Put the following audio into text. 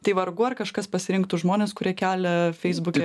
tai vargu ar kažkas pasirinktų žmones kurie kelia feisbuke